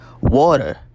water